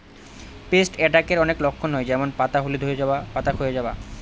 paste অ্যাটাকের অনেক লক্ষণ হয় যেমন পাতা হলুদ হয়ে যাওয়া, পাতা ক্ষয়ে যাওয়া